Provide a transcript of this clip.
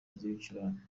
y’ibicurane